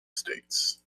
states